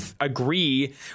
agree